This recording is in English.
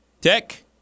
Tech